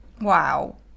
Wow